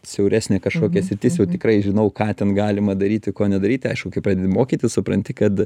siauresnė kažkokia sritis jau tikrai žinau ką ten galima daryti ko nedaryti aišku kai pradedi mokytis supranti kad